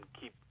keep